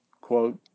quote